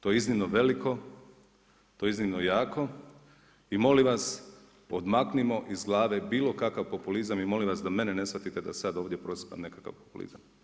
To je iznimno veliko, to je iznimno jako i molim vasy, odmaknimo iz glave bilo kakav populizam i molim vas da mene ne shvatite da sad ovdje prosipam nekakav populizam.